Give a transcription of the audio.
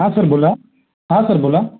हां सर बोला हां सर बोला